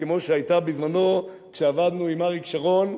כמו שהיתה בזמנו כשעבדנו עם אריק שרון,